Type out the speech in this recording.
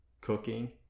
cooking